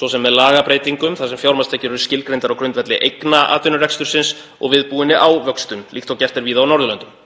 svo sem með lagabreytingum þar sem fjármagnstekjur eru skilgreindar á grundvelli eigna atvinnurekstursins og viðbúinni ávöxtun líkt og gert er víða á Norðurlöndunum.